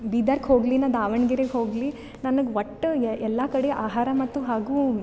ಬೀದರ್ಕ್ ಹೋಗಲಿ ನಾ ದಾವಣಗೆರೆಗ್ ಹೋಗಲಿ ನನಗೆ ಒಟ್ಟು ಎಲ್ಲ ಕಡೆ ಆಹಾರ ಮತ್ತು ಹಾಗೂ